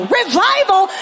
revival